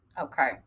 okay